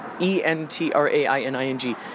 E-N-T-R-A-I-N-I-N-G